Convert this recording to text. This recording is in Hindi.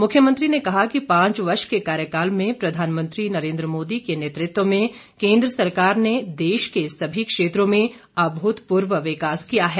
मुख्यमंत्री ने कहा कि पांच वर्ष के कार्यकाल में प्रधानमंत्री नरेन्द्र मोदी के नेतृत्व में केन्द्र सरकार ने देश के सभी क्षेत्रों में अभूतपूर्व विकास किया है